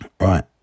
Right